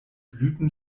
blüten